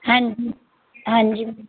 ਹਾਂਜੀ ਹਾਂਜੀ